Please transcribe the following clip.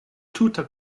tuta